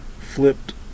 Flipped